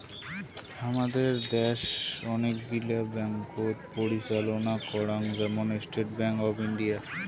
হামাদের দ্যাশ অনেক গিলা ব্যাঙ্ককোত পরিচালনা করাং, যেমন স্টেট ব্যাঙ্ক অফ ইন্ডিয়া